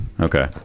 okay